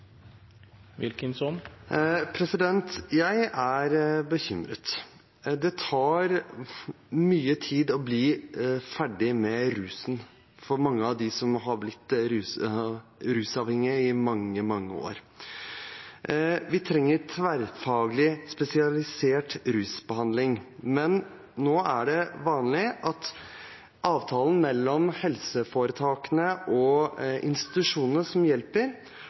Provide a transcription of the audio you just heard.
bekymret. Det tar mye tid å bli ferdig med rusen for mange av dem som har vært rusavhengige i mange, mange år. Vi trenger tverrfaglig spesialisert rusbehandling, men nå er det vanlig at avtalen mellom helseforetakene og institusjonene som hjelper,